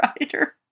writer